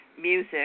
music